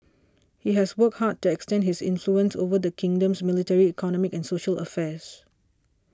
he has worked hard to extend his influence over the kingdom's military economic and social affairs